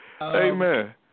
Amen